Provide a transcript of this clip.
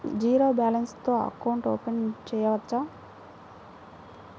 Zero balance తో account open చేయవచ్చు?